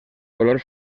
color